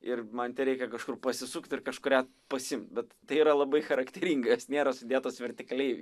ir man tereikia kažkur pasisukt ir kažkurią pasiimt bet tai yra labai charakteringa jos nėra sudėtos vertikaliai